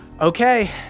Okay